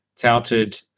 touted